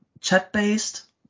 chat-based